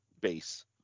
base